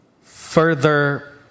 further